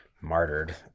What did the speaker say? martyred